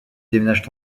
déménagent